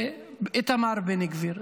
איתמר בן גביר.